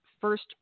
first